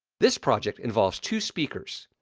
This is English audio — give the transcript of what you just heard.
this project involves two speakers.